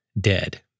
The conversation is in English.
dead